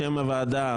שם הוועדה: